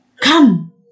Come